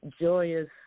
joyous